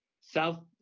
south